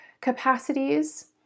capacities